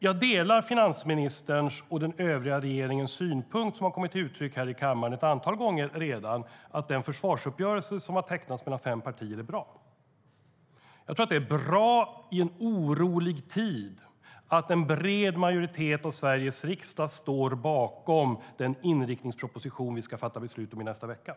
Jag delar finansministerns och den övriga regeringens synpunkt som har kommit till uttryck här i kammaren ett antal gånger, att den försvarsuppgörelse som har tecknats mellan fem partier är bra. Det är bra i en orolig tid att en bred majoritet av Sveriges riksdag står bakom den inriktningsproposition som vi ska fatta beslut om nästa vecka.